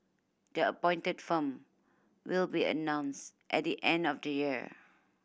the appointed firm will be announced at the end of the year